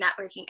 networking